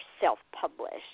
self-published